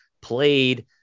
played